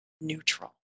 neutral